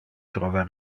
trova